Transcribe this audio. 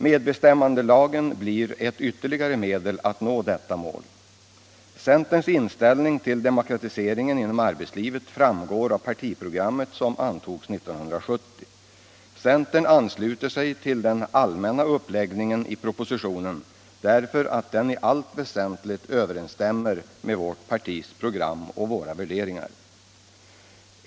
Medbestämmandelagen blir ett ytterligare medel att nå dewa mål. Centerns inställning till demokratiseringen inom arbetslivet framgår av vårt partiprogram som antogs 1970. Centern ansluter sig till den allmänna uppläggningen i propositionen, därför att den i allt väsentligt överensstämmer med vårt partis program och våra värderingar.